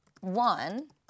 One